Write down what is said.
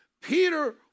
Peter